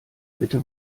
bitte